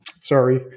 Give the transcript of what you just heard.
sorry